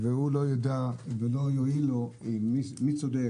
והוא לא ידע ולא יועיל לו מי צודק.